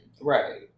Right